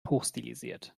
hochstilisiert